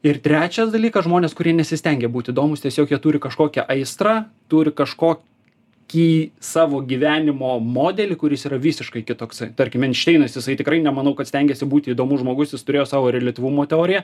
ir trečias dalykas žmonės kurie nesistengia būt įdomūs tiesiog jie turi kažkokią aistrą turi kažkokį savo gyvenimo modelį kuris yra visiškai kitoksai tarkim einšteinas jisai tikrai nemanau kad stengėsi būti įdomus žmogus jis turėjo savo reliatyvumo teoriją